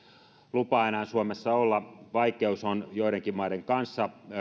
lupaa suomessa olla vaikeus on joidenkin maiden kanssa